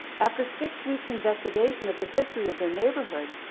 after six weeks investigation of the history of their neighborhood,